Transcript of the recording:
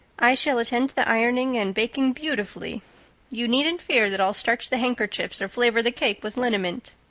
i shall attend to the ironing and baking beautifully you needn't fear that i'll starch the handkerchiefs or flavor the cake with liniment.